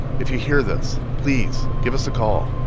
if you hear this, please give us a call